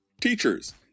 Teachers